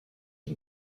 une